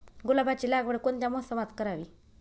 गुलाबाची लागवड कोणत्या मोसमात करावी?